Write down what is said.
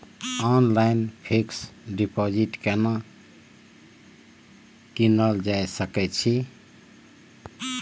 Online fixed deposit केना कीनल जा सकै छी?